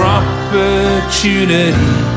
opportunity